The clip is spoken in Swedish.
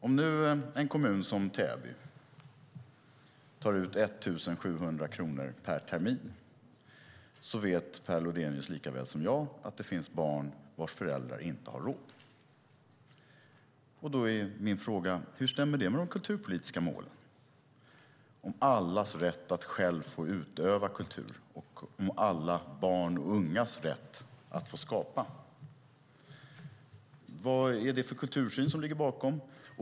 Om nu en kommun som Täby tar ut 1 700 kronor per termin vet Per Lodenius lika väl som jag att det finns barn vars föräldrar inte har råd. Min fråga är: Hur stämmer det med de kulturpolitiska målen om allas rätt att själv få utöva kultur och alla barns och ungas rätt att få skapa? Vad är det för kultursyn som ligger bakom?